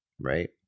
Right